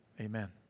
amen